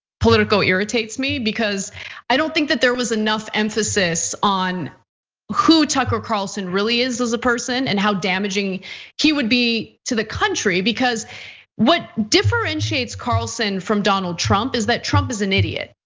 political irritates me, because i don't think that there was enough emphasis on who tucker carlson really is as a person. and how damaging he would be to the country, because what differentiates carlson from donald trump is that trump is an idiot,